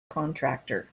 contractor